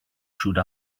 through